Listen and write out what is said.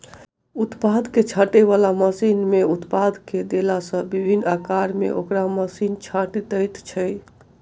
उत्पाद के छाँटय बला मशीन मे उत्पाद के देला सॅ विभिन्न आकार मे ओकरा मशीन छाँटि दैत छै